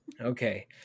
okay